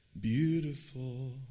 beautiful